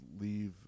leave